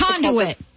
conduit